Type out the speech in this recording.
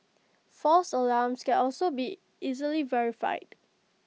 false alarms can also be easily verified